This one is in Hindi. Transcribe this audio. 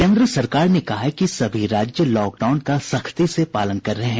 केन्द्र सरकार ने कहा है कि सभी राज्य लॉकडाउन का सख्ती से पालन कर रहे हैं